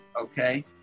okay